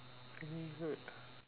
favourite ah